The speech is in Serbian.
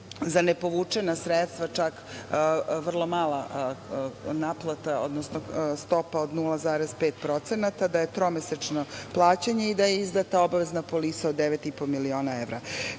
za ne povučena sredstva čak vrlo mala naplata, odnosno stopa od 0,5%, da je tromesečno plaćanje i da je izdata obavezna polisa od 9,5 miliona evra. Što